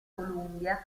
columbia